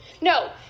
No